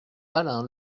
alain